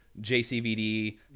JCVD